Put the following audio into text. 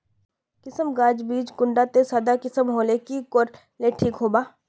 किसम गाज बीज बीज कुंडा त सादा किसम होले की कोर ले ठीक होबा?